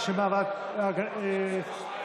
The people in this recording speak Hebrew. מעמד האישה.